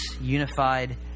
unified